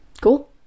cool